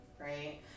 right